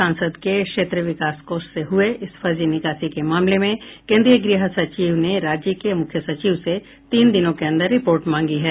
सांसद के क्षेत्र विकास कोष से हुये इस फर्जी निकासी के मामले में केन्द्रीय गृह सचिव ने राज्य के मुख्य सचिव से तीन दिनों के अन्दर रिपोर्ट मांगी है